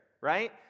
Right